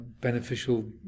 beneficial